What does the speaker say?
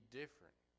different